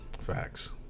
Facts